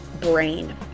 brain